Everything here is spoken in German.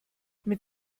mit